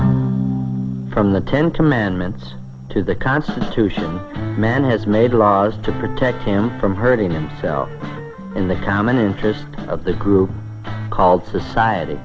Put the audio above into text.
from the ten commandments to the constitution man has made laws to protect him from hurting himself in the common interest of the group called society